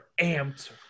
amped